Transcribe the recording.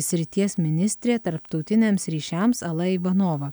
srities ministrė tarptautiniams ryšiams ala ivanova